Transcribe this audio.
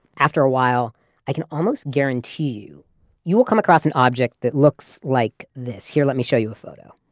after a while i can almost guarantee you you will come across an object that looks like this. here, let me show you a photo